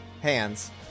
hands